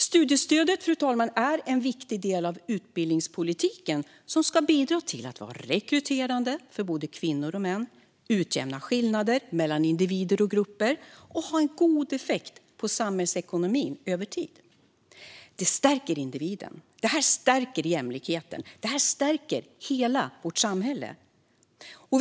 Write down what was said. Studiestödet, fru talman, är en viktig del av utbildningspolitiken, som ska bidra till att vara rekryterande för både kvinnor och män, utjämna skillnader mellan individer och grupper och ha en god effekt på samhällsekonomin över tiden. Det stärker individen. Det stärker jämlikheten. Det stärker hela vårt samhälle. Fru talman!